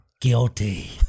Guilty